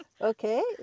Okay